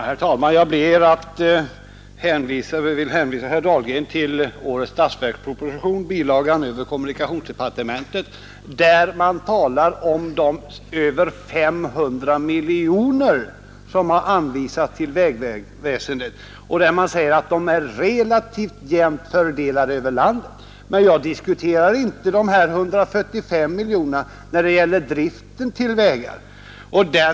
Herr talman! Jag vill hänvisa herr Dahlgren till årets statsverksproposition, bilagan över kommunikationsdepartementet, där man säger att de över 500 miljoner kronor som har anvisats till vägväsendet är relativt jämnt fördelade över landet. Men jag diskuterade inte de 145 miljonerna som gäller driften till vägar när jag talade om den relativa jämna fördelningen över landet.